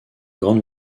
grande